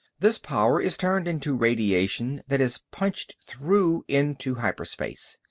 this power is turned into radiation that is punched through into hyperspace.